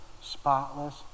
spotless